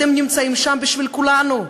אתם נמצאים שם בשביל כולנו.